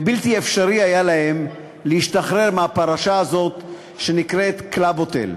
שבלתי אפשרי היה להם להשתחרר מהפרשה הזאת שנקראת "קלאב הוטל".